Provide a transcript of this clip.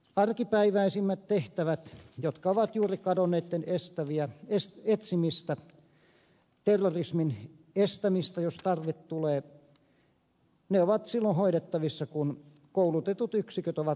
arkipäiväisemmät tehtävät joita ovat juuri kadonneiden etsiminen terrorismin estäminen jos tarve tulee ovat silloin hoidettavissa kun koulutetut yksiköt ovat lähellä